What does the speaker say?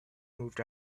moved